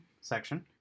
section